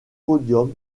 podiums